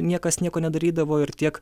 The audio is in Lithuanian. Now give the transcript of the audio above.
niekas nieko nedarydavo ir tiek